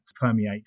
permeate